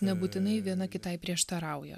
nebūtinai viena kitai prieštarauja